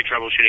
troubleshooting